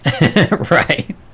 Right